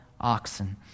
oxen